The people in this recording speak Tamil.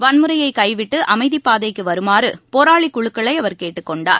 வன்முறையைக் கைவிட்டு அமைதிப் பாதைக்கு வருமாறு போராளிக் குழுக்களை அவர் கேட்டுக் கொண்டார்